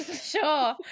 Sure